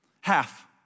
Half